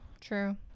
True